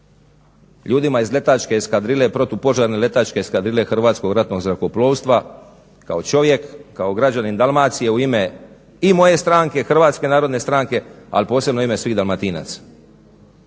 ljudima iz letačke eskadrile, Protupožarne letačke eskadrile Hrvatskog ratnog zrakoplovstva kao čovjek, kao građanin Dalmacije u ime i moje stranke, HNS-a, ali posebno u ime svih Dalmatinaca.